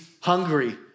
hungry